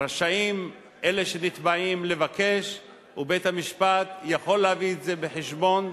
רשאים אלה שנתבעים לבקש ובית-המשפט יכול להביא את זה בחשבון.